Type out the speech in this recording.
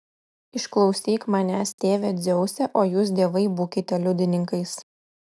išklausyk manęs tėve dzeuse o jūs dievai būkite liudininkais